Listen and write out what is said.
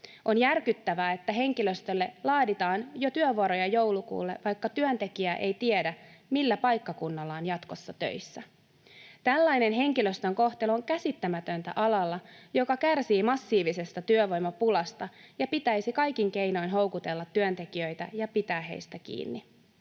On järkyttävää, että henkilöstölle laaditaan jo työvuoroja joulukuulle, vaikka työntekijä ei tiedä, millä paikkakunnalla on jatkossa töissä. Tällainen henkilöstön kohtelu on käsittämätöntä alalla, joka kärsii massiivisesta työvoimapulasta ja jonka pitäisi kaikin keinoin houkutella työntekijöitä ja pitää heistä kiinni.